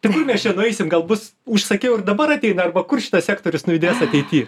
tai kur mes čia nueisim gal bus užsakiau ir dabar ateina arba kur šitas sektorius nu judės ateityje